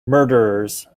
murderers